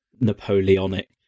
Napoleonic